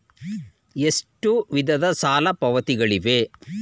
ಎಷ್ಟು ವಿಧದ ಸಾಲ ಪಾವತಿಗಳಿವೆ?